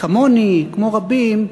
כמוני, כמו רבים,